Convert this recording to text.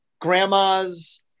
grandma's